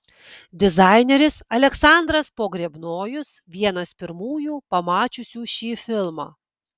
dizaineris aleksandras pogrebnojus vienas pirmųjų pamačiusių šį filmą